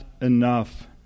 enough